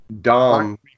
Dom